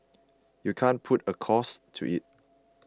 you can't put a cost to it